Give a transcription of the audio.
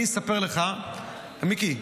מיקי,